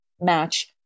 match